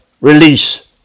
release